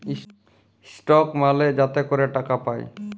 stock মালে যাতে ক্যরে টাকা পায়